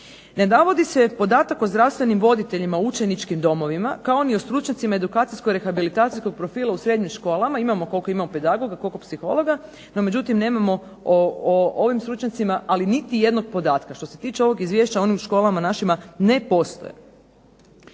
Ne navodi se podatak o zdravstvenim voditeljima i učeničkim domovima, kao oni o stručnjacima edukacijsko rehabilitacijskog profila u srednjim školama, imamo koliko imamo pedagoga, koliko psihologa, no međutim, nemamo o ovim stručnjacima niti jednog podatka. Što se tiče ovog Izvješća oni u školama našima ne postoje.